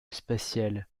spatiale